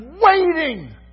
waiting